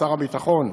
שר הביטחון,